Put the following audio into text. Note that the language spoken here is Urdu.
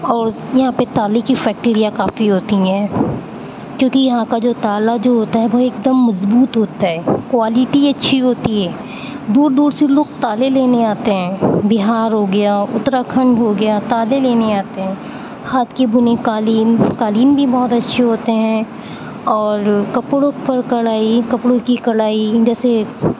اور یہاں پہ تالے کی فیکٹریاں کافی ہوتی ہیں کیوں کہ یہاں کا جو تالا جو ہوتا ہے وہ ایک دم مضبوط ہوتا ہے کوالٹی اچھی ہوتی ہے دور دور سے لوگ تالے لینے آتے ہیں بہار ہو گیا اتراکھنڈ ہو گیا تالے لینے آتے ہیں ہاتھ کی بنی قالین قالین بھی بہت اچھے ہوتے ہیں اور کپڑوں پر کڑھائی کپڑوں کی کڑھائی جیسے